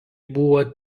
buvo